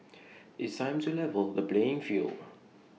it's time to level the playing field